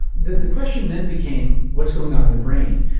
the the question then became what's going on in the brain?